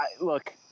look